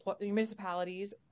municipalities